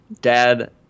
Dad